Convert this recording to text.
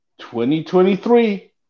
2023